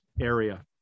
area